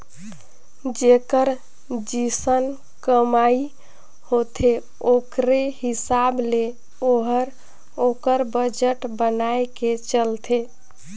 जेकर जइसन कमई होथे ओकरे हिसाब ले ओहर ओकर बजट बनाए के चलथे